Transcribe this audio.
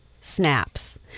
snaps